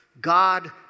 God